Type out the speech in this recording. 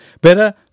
Better